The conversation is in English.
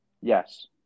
Yes